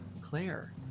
claire